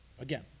Again